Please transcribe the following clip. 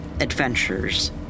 adventures